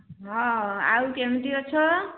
ହଁ ଆଉ କେମିତି ଅଛ